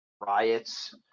riots